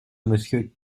monsieur